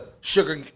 Sugar